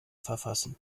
verfassen